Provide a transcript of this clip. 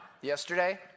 yesterday